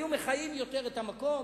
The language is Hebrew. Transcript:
היו מחיים יותר את המקום,